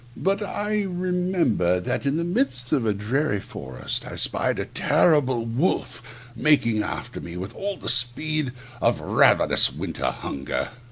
but i remember that in the midst of a dreary forest i spied a terrible wolf making after me, with all the speed of ravenous winter hunger.